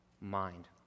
mind